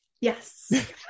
yes